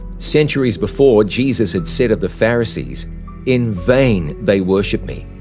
centuries before jesus had said of the pharisees in vain they worship me,